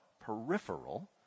peripheral